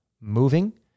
moving